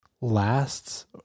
lasts